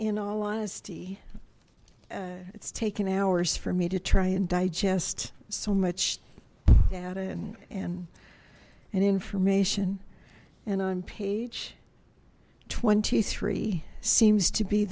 in all honesty it's taken hours for me to try and digest so much data and an information and on page twenty three seems to be